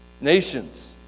Nations